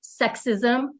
sexism